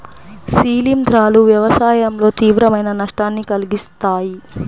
శిలీంధ్రాలు వ్యవసాయంలో తీవ్రమైన నష్టాన్ని కలిగిస్తాయి